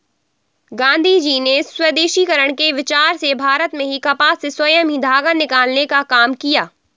गाँधीजी ने स्वदेशीकरण के विचार से भारत में ही कपास से स्वयं ही धागा निकालने का काम किया